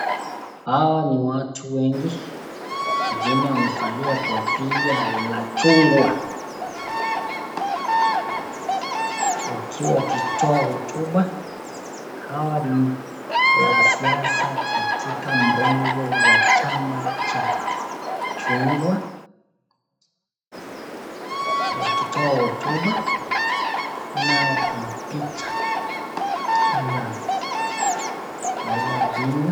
Hawa ni watu wengi. Wengine wamevalia kofia la chungwa, wakiwa wakitoa hotuba. Hawa ni wanasiasa katika mrengo wa chama cha Chungwa, wakitoa hotuba. Nyuma yao kuna picha la Raila Odinga.